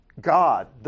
God